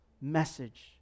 message